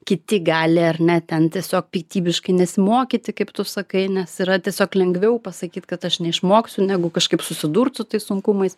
kiti gali ar ne ten tiesiog piktybiškai nesimokyti kaip tu sakai nes yra tiesiog lengviau pasakyt kad aš neišmoksiu negu kažkaip susidurt su tais sunkumais